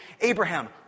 Abraham